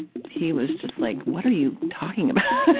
he was just like, what are you talking about,